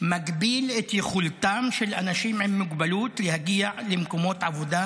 מגביל את יכולתם של אנשים עם מוגבלות להגיע למקומות עבודה,